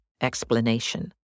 explanation